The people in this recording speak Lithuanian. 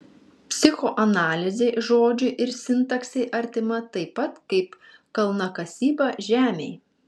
psichoanalizė žodžiui ir sintaksei artima taip pat kaip kalnakasyba žemei